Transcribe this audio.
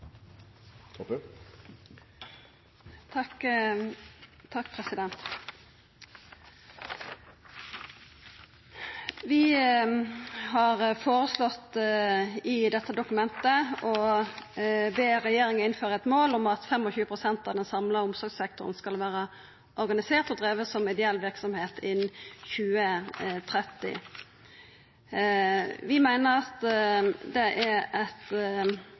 har vi føreslått å be regjeringa innføra eit mål om at 25 pst. av den samla omsorgssektoren skal vera organisert og driven som ideell verksemd innan 2030. Vi meiner at det er